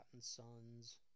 Sons